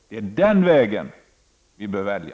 Det är den vägen vi bör välja.